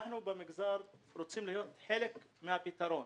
אנחנו במגזר רוצים להיות חלק מהפתרון.